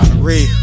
Read